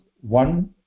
one